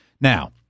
Now